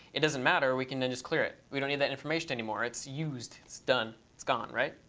it doesn't matter. we can then just clear it. we don't need that information anymore. it's used, it's done, it's gone, right?